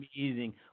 amazing